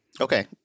okay